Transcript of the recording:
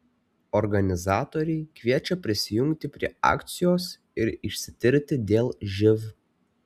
organizatoriai kviečia prisijungti prie akcijos ir išsitirti dėl živ